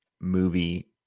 movie